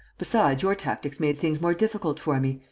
besides, your tactics made things more difficult for me.